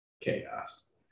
chaos